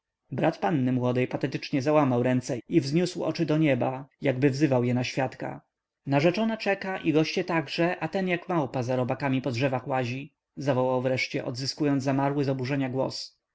panny młodej patetycznie załamał ręce i wzniósł oczy do nieba jakby wzywał je na świadka narzeczona czeka i goście także a ten jak małpa za robakami po drzewach łazi zawołał wreszcie odzyskując zamarły z oburzenia głos